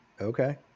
Okay